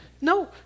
No